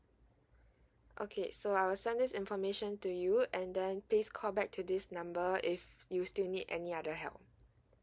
okay so I'll send this information to you and then please call back to this number if you still need any other help